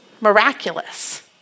miraculous